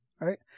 right